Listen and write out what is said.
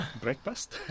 Breakfast